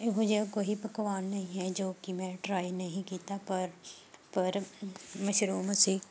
ਇਹੋ ਜਿਹਾ ਕੋਈ ਪਕਵਾਨ ਨਹੀਂ ਹੈ ਜੋ ਕਿ ਮੈਂ ਟਰਾਏ ਨਹੀਂ ਕੀਤਾ ਪਰ ਪਰ ਮਸ਼ਰੂਮ ਸੀ